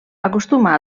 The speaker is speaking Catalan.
acostuma